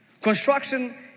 Construction